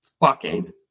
Walking